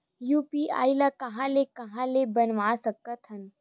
UPI ल कहां ले कहां ले बनवा सकत हन?